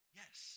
yes